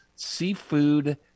Seafood